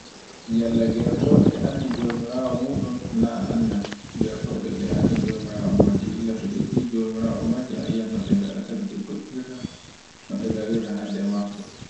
yalla gertoɗe e anndi jomirawo muɗun, na annan jartoɗe ɗe anndi jomirawo majje illa to ɗi nji jomirawo majje a yi'ai no ɗe ngaɗata to doggirta, no ɗe gaɗirta hadda makko.